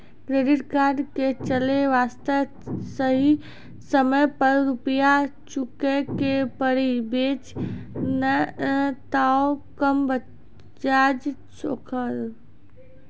Credit card के चले वास्ते सही समय पर रुपिया चुके के पड़ी बेंच ने ताब कम ब्याज जोरब?